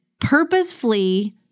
purposefully